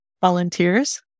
volunteers